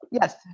Yes